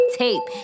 tape